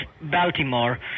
Baltimore